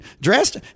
dressed